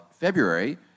February